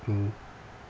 mmhmm